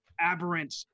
aberrant